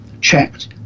checked